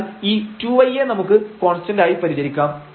അതിനാൽ ഈ 2y യെ നമുക്ക് കോൺസ്റ്റൻഡായി പരിചരിക്കാം